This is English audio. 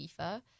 FIFA